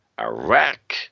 Iraq